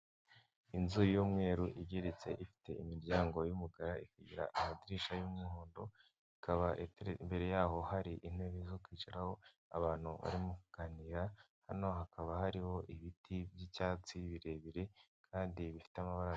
Inzu y'umweru igeretse ifite imiryango y'umukara ikagira amadirisha y'umuhondo, ikaba imbere yaho hari intebe zo kwicaraho, abantu barimo kuganira hano hakaba hariho ibiti by'icyatsi, birebire kandi bifite amabara.